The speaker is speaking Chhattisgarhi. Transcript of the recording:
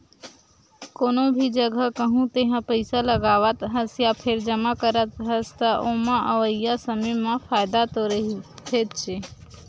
कोनो भी जघा कहूँ तेहा पइसा लगावत हस या फेर जमा करत हस, त ओमा अवइया समे म फायदा तो रहिथेच्चे